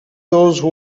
those